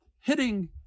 hitting